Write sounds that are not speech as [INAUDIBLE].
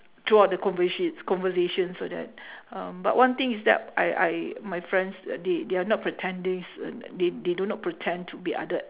throughout the convoshi~ conversations all that [BREATH] um but one thing is that I I my friends th~ they they are not pretendings they they do not pretend to be other